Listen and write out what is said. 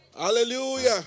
Hallelujah